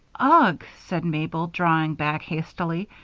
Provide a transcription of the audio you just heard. ugh! said mabel, drawing back hastily.